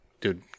dude